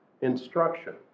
instruction